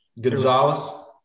Gonzalez